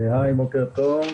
בוקר טוב.